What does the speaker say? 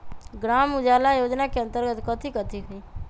ग्राम उजाला योजना के अंतर्गत कथी कथी होई?